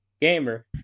gamer